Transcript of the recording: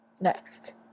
Next